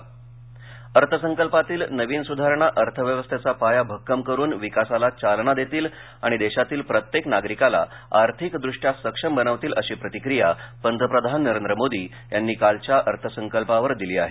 अर्थसंकल्प प्रतिक्रिया अर्थसंकल्पातील नवीन सुधारणा अर्थव्यवस्थेचा पाया भक्कम करुन विकासाला चालना देतील आणि देशातील प्रत्येक नागरिकाला आर्थिक दृष्टया सक्षम बनवतील अशी प्रतिक्रिया पंतप्रधान नरेंद्र मोदी यांनी कालच्या अर्थसंकल्पावर दिली आहे